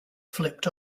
flipped